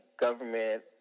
government